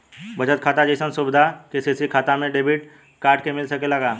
बचत खाता जइसन सुविधा के.सी.सी खाता में डेबिट कार्ड के मिल सकेला का?